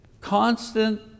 Constant